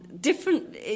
Different